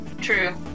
True